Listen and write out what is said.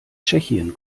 tschechien